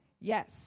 Yes